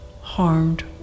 harmed